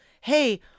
hey